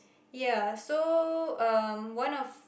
ya so um one of